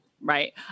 Right